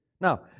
Now